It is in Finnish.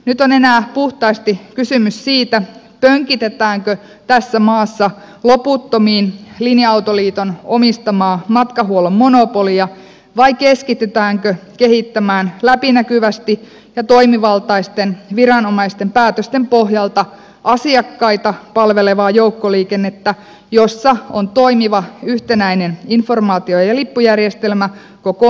nyt on enää puhtaasti kysymys siitä pönkitetäänkö tässä maassa loputtomiin linja autoliiton omistaman matkahuollon monopolia vai keskitytäänkö kehittämään läpinäkyvästi ja toimivaltaisten viranomaisten päätösten pohjalta asiakkaita palvelevaa joukkoliikennettä jossa on toimiva yhtenäinen informaatio ja lippujärjestelmä koko maassa